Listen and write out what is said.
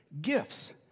gifts